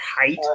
height